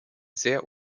sehr